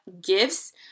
gifts